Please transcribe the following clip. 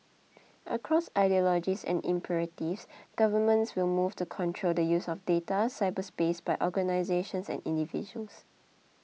across ideologies and imperatives governments will move to control the use of data cyberspace by organisations and individuals